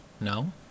No